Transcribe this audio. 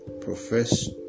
profess